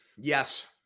Yes